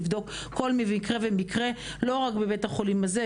בדיקה של כל מקרה ומקרה לא רק בבית החולים הזה,